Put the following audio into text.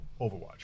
Overwatch